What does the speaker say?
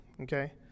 okay